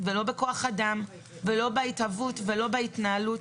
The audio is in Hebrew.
לא בכוח אדם ולא בהתהוות ולא בהתנהלות.